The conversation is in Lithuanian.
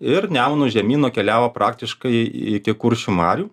ir nemunu žemyn nukeliavo praktiškai iki kuršių marių